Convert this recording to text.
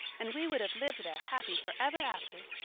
and we would have lived there happy for ever after.